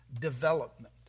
development